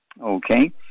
Okay